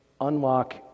unlock